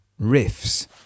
riffs